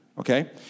Okay